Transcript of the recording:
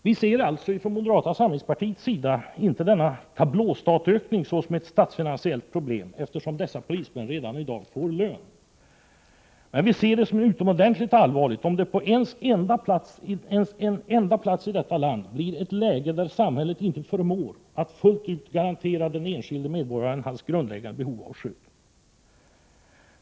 Vi ser således från moderata samlingspartiets sida inte denna tablåstatsökning som ett statsfinansiellt problem, eftersom dessa polismän redan i dag får lön. Men vi anser det vara utomordentligt allvarligt om det på en enda plats i detta land uppstår ett läge där samhället inte förmår att fullt ut garantera den enskilde medborgarens grundläggande behov av skydd.